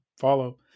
follow